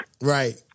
Right